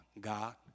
God